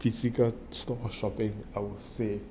physical store shopping I would say